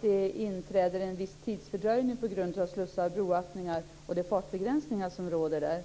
Det inträder en viss tidsfördröjning på grund av slussar, broöppningar och de fartbegränsningar som råder.